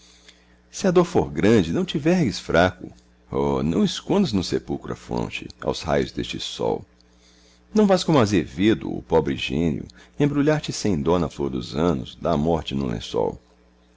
se a dor for grande não te vergues fraco oh não escondas no sepulcro a fronte aos raios deste sol não vás como azevedo o pobre gênio embrulhar te sem dó na flor dos anos da morte no lençol